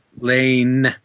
Lane